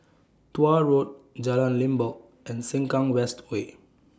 Tuah Road Jalan Limbok and Sengkang West Way